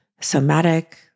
somatic